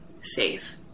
safe